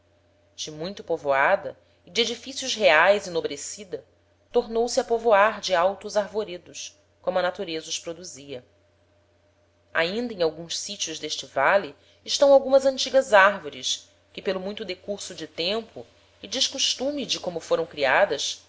de muito povoada e de edificios reaes enobrecida tornou-se a povoar de altos arvoredos como a natureza os produzia ainda em alguns sitios d'este vale estão algumas antigas arvores que pelo muito decurso de tempo e descostume de como foram creadas